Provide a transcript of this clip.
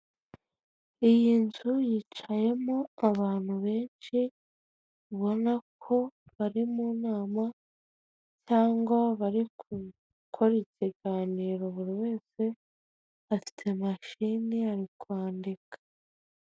Iyi nzu yicayemo abantu benshi ubona ko bari mu nama cyangwa bari gukora ikiganiro buri wese afite mashini ari kwandika.